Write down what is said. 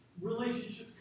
relationships